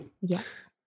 Yes